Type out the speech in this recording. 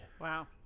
Wow